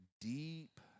deep